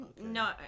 No